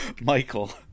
Michael